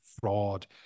fraud